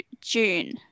June